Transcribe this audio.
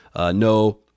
no